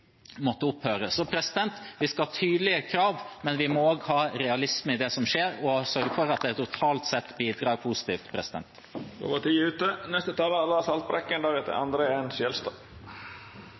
måtte opphøre. Vi skal ha tydelige krav, men vi må også ha realisme i det som skjer , og sørge for at det totalt sett bidrar positivt. Då var tida ute.